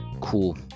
cool